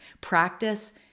Practice